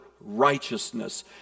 righteousness